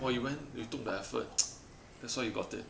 !wah! you went you took the effort that's why you got it ah